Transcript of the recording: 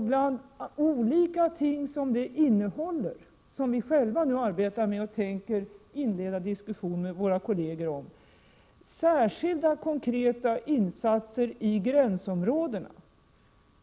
Bland de olika ting som detta innehåller, och som vi själva arbetar med och tänker inleda diskussioner med våra kolleger om, märks särskilda konkreta insatser i gränsområdena